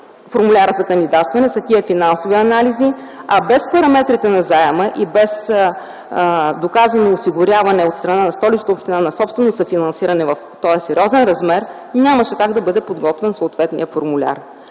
формуляра за кандидатстване, са тези финансови анализи, а без параметрите на заема и без доказано осигуряване от страна на Столична община на собствено съфинансиране в този сериозен размер нямаше как да бъде подготвен съответният формуляр.